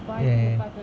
ya